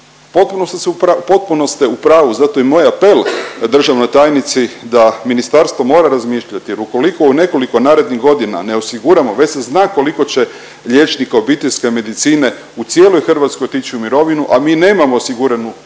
potpuno ste u pravu. Zato i moj apel državnoj tajnici da ministarstvo mora razmišljati, jer ukoliko u nekoliko narednih godina ne osiguramo, već se zna koliko će liječnika obiteljske medicine u cijeloj Hrvatskoj otići u mirovinu, a mi nemamo osiguranu